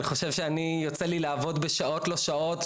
אני חושב שיוצא לי לעבוד בשעות לא שעות,